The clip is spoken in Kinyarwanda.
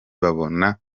babona